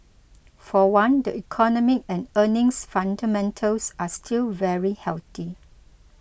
for one the economic and earnings fundamentals are still very healthy